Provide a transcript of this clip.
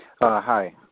Hi